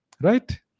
Right